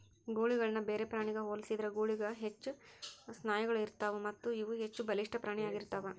ಗೂಳಿಗಳನ್ನ ಬೇರೆ ಪ್ರಾಣಿಗ ಹೋಲಿಸಿದ್ರ ಗೂಳಿಗಳಿಗ ಹೆಚ್ಚು ಸ್ನಾಯುಗಳು ಇರತ್ತಾವು ಮತ್ತಇವು ಹೆಚ್ಚಬಲಿಷ್ಠ ಪ್ರಾಣಿ ಆಗಿರ್ತಾವ